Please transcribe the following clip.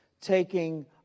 taking